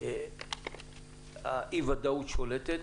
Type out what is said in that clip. כשאי-הוודאות שולטת,